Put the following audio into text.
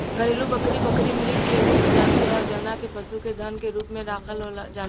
घरेलु बकरी, बकरी मृग के एगो प्रजाति ह जवना के पशु के धन के रूप में राखल जाला